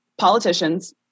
politicians